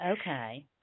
okay